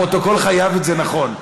הפרוטוקול חייב את זה נכון.